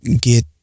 get